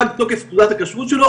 פג תוקף תעודת הכשרות שלו,